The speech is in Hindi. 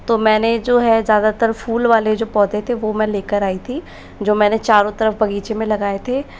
तो मैंने जो है ज़्यादातर फूल वाले जो पौधे थे वह मैं लेकर आई थी जो मैंने चारों तरफ बगीचे में लगाए थे